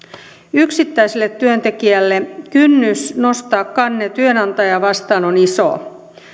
yksittäiselle työntekijälle kynnys nostaa kanne työnantajaa vastaan on iso